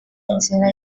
inzira